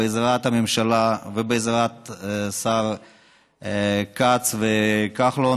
בעזרת הממשלה ובעזרת השרים כץ וכחלון,